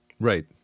Right